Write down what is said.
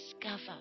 discover